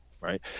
right